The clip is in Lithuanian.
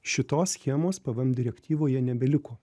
šitos schemos pvm direktyvoje nebeliko